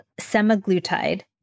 semaglutide